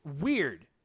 Weird